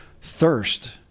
thirst